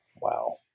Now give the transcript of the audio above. Wow